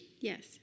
Yes